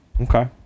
Okay